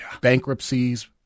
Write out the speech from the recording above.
bankruptcies